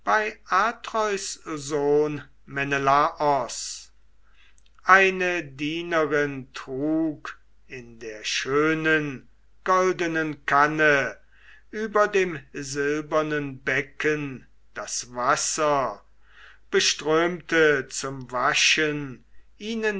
atreus sohn menelaos eine dienerin trug in der schönen goldenen kanne über dem silbernen becken das wasser beströmte zum waschen ihnen